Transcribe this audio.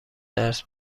درس